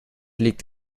liegt